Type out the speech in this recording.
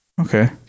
Okay